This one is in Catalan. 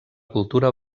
cultura